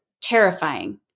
terrifying